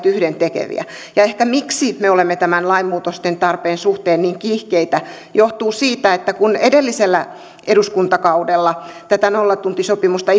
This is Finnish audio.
yhdentekevää ja ehkä se miksi me olemme lainmuutosten tarpeen suhteen niin kiihkeitä johtuu siitä että kun edellisellä eduskuntakaudella tätä nollatuntisopimusta